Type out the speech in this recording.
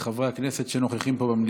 חבר הכנסת עודד פורר,